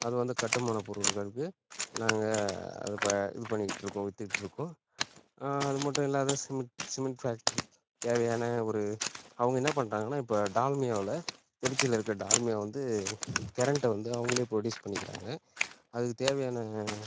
அது வந்து கட்டுமான பொருள்களுக்கு நாங்க அது ப இது பண்ணிக்கிட்டு இருக்கோம் விற்றுக்கிட்டு இருக்கோம் அது மட்டும் இல்லாத சிமெண்ட் சிமெண்ட் ஃபேக்ட்ரி தேவையான ஒரு அவங்க என்ன பண்ணிட்டாங்கன்னா இப்போ டால்மியாவில் திருச்சியில் இருக்கிற டால்மியா வந்து கரெண்ட்டை வந்து அவங்களே ப்ரொடியூஸ் பண்ணிக்கிறாங்க அதுக்கு தேவையான